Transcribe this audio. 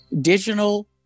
digital